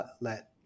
let